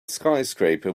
skyscraper